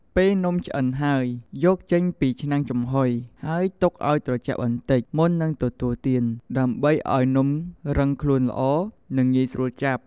ពេលនំឆ្អិនហើយ យកចេញពីឆ្នាំងចំហុយ ហើយទុកឲ្យត្រជាក់បន្តិច មុននឹងទទួលទាន ដើម្បីឲ្យនំរឹងខ្លួនល្អ និងងាយស្រួលចាប់។